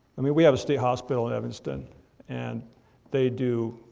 i mean, we have a state hospital in evanston and they do,